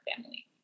family